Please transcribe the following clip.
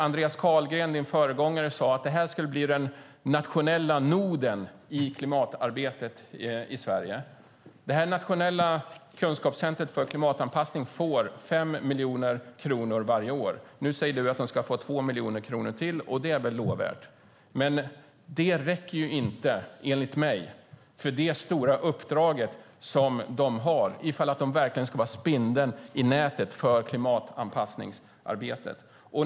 Andreas Carlgren, Lena Eks föregångare, sade att det skulle bli den nationella noden i klimatarbetet i Sverige. Det nationella kunskapscentrumet för klimatanpassning får 5 miljoner kronor varje år. Nu säger Lena Ek att de ska få 2 miljoner kronor till, och det är väl lovvärt. Men det räcker inte, anser jag, för det stora uppdrag som centrumet har, inte om det verkligen ska vara spindeln i nätet för klimatanpassningsarbetet.